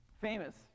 Famous